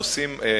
נוסעים,